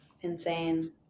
insane